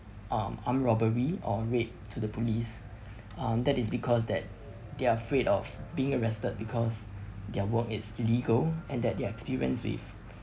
um armed robbery or rape to the police um that is because that they're afraid of being arrested because their work is illegal and that their experience with